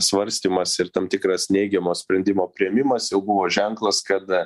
svarstymas ir tam tikras neigiamo sprendimo priėmimas jau buvo ženklas kad